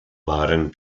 waren